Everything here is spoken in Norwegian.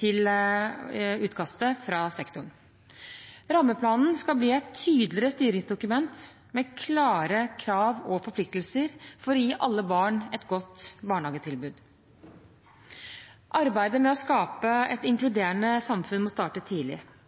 til utkastet fra sektoren. Rammeplanen skal bli et tydeligere styringsdokument med klare krav og forpliktelser for å gi alle barn et godt barnehagetilbud. Arbeidet med å skape et inkluderende samfunn må starte tidlig.